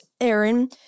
Aaron